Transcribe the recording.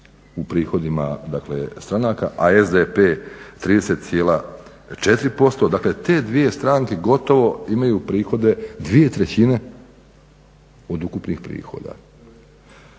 u prihodima, dakle stranaka, a SDP 30,4%, dakle te dvije stranke gotovo imaju prihode 2/3 od ukupnih prihoda.